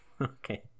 Okay